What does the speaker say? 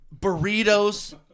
Burritos